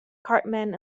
cartman